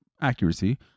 accuracy